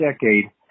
decade